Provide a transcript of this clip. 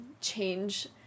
change